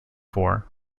four